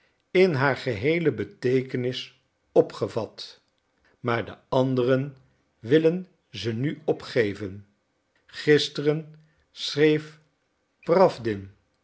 in haar geheele beteekenis opgevat maar de anderen willen ze nu opgeven gister schreef